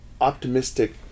optimistic